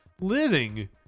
living